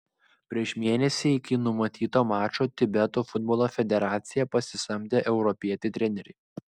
prieš mėnesį iki numatyto mačo tibeto futbolo federacija pasisamdė europietį trenerį